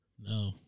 No